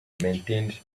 maintained